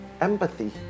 empathy